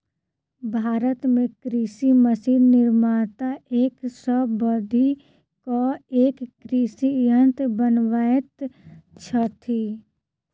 भारत मे कृषि मशीन निर्माता एक सॅ बढ़ि क एक कृषि यंत्र बनबैत छथि